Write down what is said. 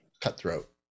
cutthroat